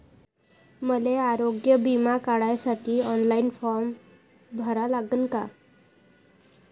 मले आरोग्य बिमा काढासाठी ऑनलाईन फारम भरा लागन का?